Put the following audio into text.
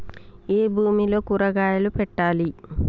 ఏ భూమిలో కూరగాయలు పెట్టాలి?